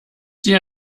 dir